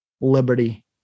liberty